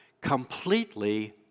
completely